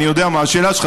אני יודע מה השאלה שלך.